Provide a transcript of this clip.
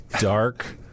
dark